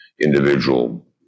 individual